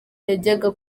yajyaga